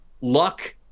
luck